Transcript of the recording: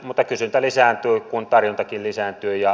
mutta kysyntä lisääntyy kun tarjontakin lisääntyy